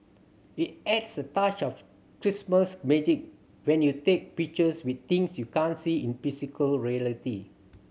it adds a touch of Christmas magic when you take pictures with things you can't see in physical reality